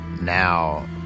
now